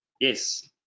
yes